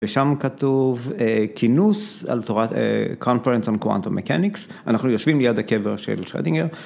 ושם כתוב כינוס על תורת, Conference on Quantum Mechanics אנחנו יושבים ליד הקבר של שרדינגר